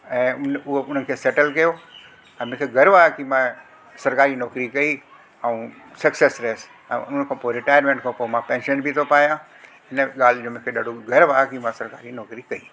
ऐं उन उअ हुनखे सेटल कयो हा मूंखे गर्व आहे की मां सरकारी नौकिरी कई ऐं सक्सैस रहियुसि ऐं हुनखों पोइ रिटायरमेंट खां पोइ मां पैंशन बि थो पायां हिन ॻाल्हि जो मूंखे ॾाढो गर्व आहे की मां सरकारी नौकिरी कई